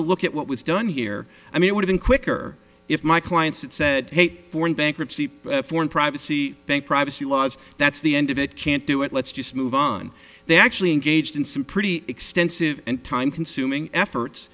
to look at what was done here i mean would've been quicker if my clients that said i hate foreign bankruptcy foreign privacy think privacy laws that's the end of it can't do it let's just move on they actually engaged in some pretty extensive and time consuming efforts